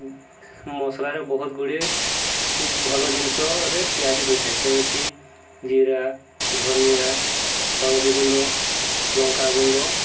ଆମର ଏଇ ମସଲାରେ ବହୁତ ଗୁଡ଼ିଏ ଭଲ ଜିନିଷରେ ତିଆରି ହୋଇଥାଏ ଯେମିତି ଜିରା ଧନିଆ ହଳଦୀ ଗୁଣ୍ଡ ଲଙ୍କା ଗୁଣ୍ଡ